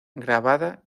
grabada